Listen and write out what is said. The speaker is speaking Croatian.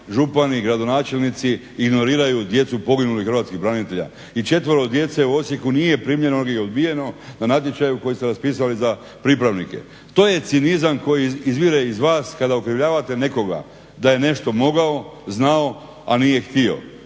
župani, gradonačelnici ignoriraju djecu poginulih hrvatskih branitelja. I četvero djece u Osijeku nije primljeno, ali je odbijeno na natječaju koji ste raspisali za pripravnike. To je cinizam koji izvire iz vas kada okrivljavate nekoga da je nešto mogao, znao, a nije htio.